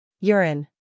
Urine